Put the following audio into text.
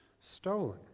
stolen